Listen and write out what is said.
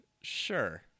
Sure